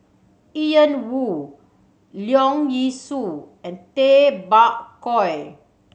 Ian Woo Leong Yee Soo and Tay Bak Koi